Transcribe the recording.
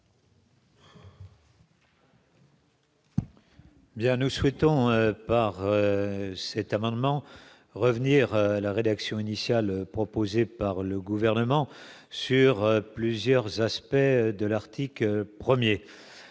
nous souhaitons par cet amendement, revenir à la rédaction initiale proposée par le gouvernement sur plusieurs aspects de l'Artic 1er